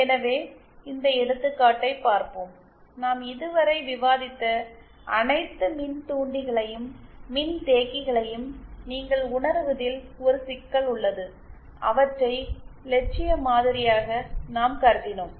எனவே இந்த எடுத்துக்காட்டைப் பார்ப்போம் நாம் இதுவரை விவாதித்த அனைத்து மின்தூண்டிகளையும் மின்தேக்கிகளையும் நீங்கள் உணருவதில் ஒரு சிக்கல் உள்ளது அவற்றை இலட்சியமாதிரியாக நாம் கருதினோம்